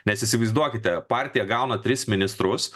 nes įsivaizduokite partija gauna tris ministrus